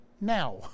now